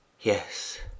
Yes